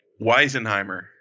Weisenheimer